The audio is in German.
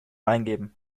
eingeben